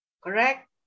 Correct